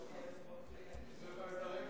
הרופאים,